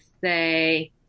say